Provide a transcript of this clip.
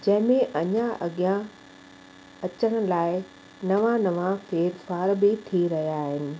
जंहिंमें अञा अॻियां अचण लाइ नवां नवां फेरफार बि थी रहिया आहिनि